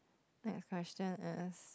next question is